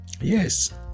Yes